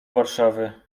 warszawy